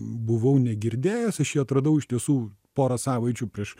buvau negirdėjęs aš jį atradau iš tiesų porą savaičių prieš